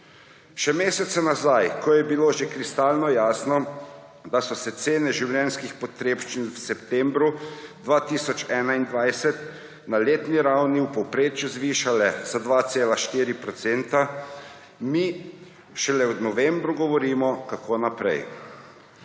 Še mesece nazaj, ko je bilo že kristalno jasno, da so se cene življenjskih potrebščin v septembru 2021 na letni ravni v povprečju zvišale za 2,4 %, mi šele v novembru govorimo, kako naprej.